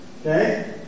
Okay